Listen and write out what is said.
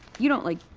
you don't, like,